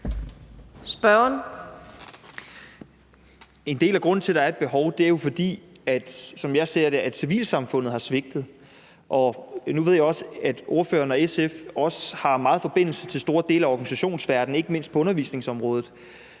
Vad (S): En del af grunden til, at der er et behov, er jo, som jeg ser det, at civilsamfundet har svigtet. Nu ved jeg også, at ordføreren og SF har meget forbindelse til store dele af organisationsverdenen, ikke mindst på undervisningsområdet.